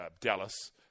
Dallas